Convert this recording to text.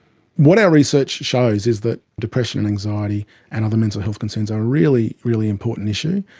what our research shows is that depression and anxiety and other mental health concerns are a really, really important issue.